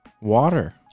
water